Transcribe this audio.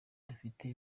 dufite